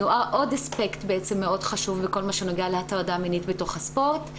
אני רואה עוד אספקט מאוד חשוב בכל מה שנוגע להטרדה מינית בתוך הספורט,